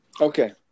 Okay